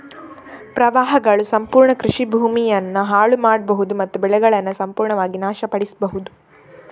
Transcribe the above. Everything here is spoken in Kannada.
ಪ್ರವಾಹಗಳು ಸಂಪೂರ್ಣ ಕೃಷಿ ಭೂಮಿಯನ್ನ ಹಾಳು ಮಾಡ್ಬಹುದು ಮತ್ತು ಬೆಳೆಗಳನ್ನ ಸಂಪೂರ್ಣವಾಗಿ ನಾಶ ಪಡಿಸ್ಬಹುದು